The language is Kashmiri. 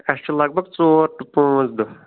اَسہِ چھُ لگ بگ ژور ٹُہ پاںٛژھ دۄہ